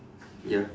ya